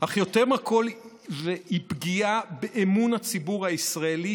אך יותר מכול זו פגיעה באמון הציבור הישראלי,